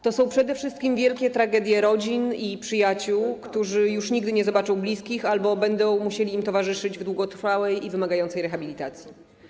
To są przede wszystkim wielkie tragedie rodzin i przyjaciół, którzy już nigdy nie zobaczą bliskich albo będą musieli im towarzyszyć w długotrwałej i wymagającej rehabilitacji.